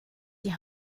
die